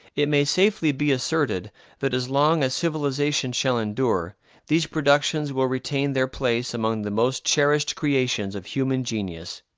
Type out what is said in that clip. it may safely be asserted that as long as civilization shall endure these productions will retain their place among the most cherished creations of human genius.